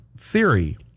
theory